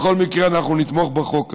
בכל מקרה אנחנו נתמוך בחוק הזה.